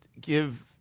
give